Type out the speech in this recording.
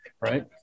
right